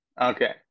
Okay